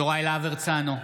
יוראי להב הרצנו,